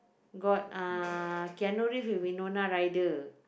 got uh Keanu-Reave with Winona-Rider